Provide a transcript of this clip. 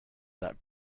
that